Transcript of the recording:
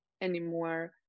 anymore